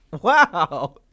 Wow